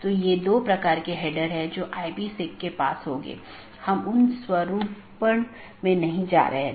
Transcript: तो मैं AS1 से AS3 फिर AS4 से होते हुए AS6 तक जाऊँगा या कुछ अन्य पाथ भी चुन सकता हूँ